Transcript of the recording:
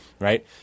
Right